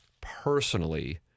Personally